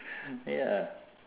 ya